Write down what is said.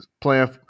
Playing